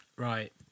right